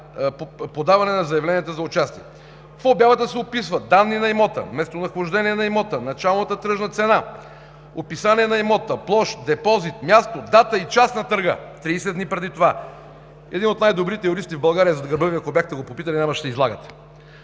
срок за подаване на заявленията за участие. В обявата се описват данни за имота, местонахождението му, началната тръжна цена, описание на имота, площ, депозит, място, дата и час на търга – 30 дни преди това! Един от най-добрите юристи в България – зад гърба ми да бяхте попитали, нямаше да се излагате!